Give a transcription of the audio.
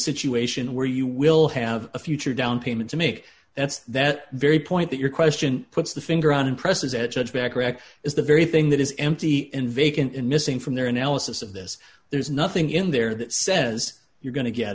situation where you will have a future down payment to make that's that very point that your question puts the finger on presses at judge bacharach is the very thing that is empty in vacant and missing from their analysis of this there's nothing in there that says you're going to get